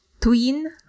Twin